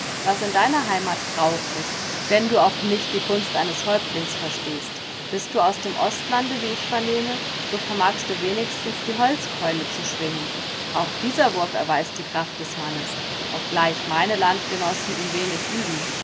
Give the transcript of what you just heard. was in deiner heimat brauch ist wenn du auch nicht die kunst eines häuptlings verstehst bist du aus dem ostlande wie ich vernehme so vermagst du wenigstens die holzkeule zu schwingen auch dieser wurf erweist die kraft des mannes obgleich meine landgenossen ihn wenig üben